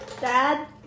Dad